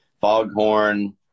Foghorn